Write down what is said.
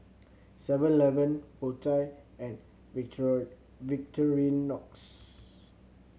Seven Eleven Po Chai and Victorinox